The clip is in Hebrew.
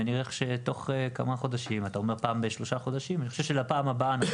אתה אומר פעם בשלושה חודשים אני חושב שלפעם הבאה אנחנו